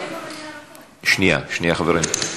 שנייה, שנייה, חברים.